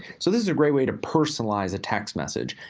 so this is a great way to personalize a text message.